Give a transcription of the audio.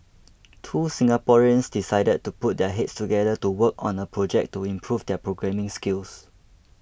two Singaporeans decided to put their heads together to work on a project to improve their programming skills